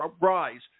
rise